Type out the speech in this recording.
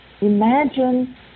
Imagine